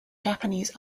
japanese